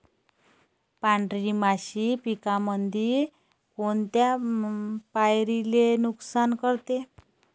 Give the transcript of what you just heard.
पांढरी माशी पिकामंदी कोनत्या पायरीले नुकसान करते?